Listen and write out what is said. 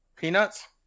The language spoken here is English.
Peanuts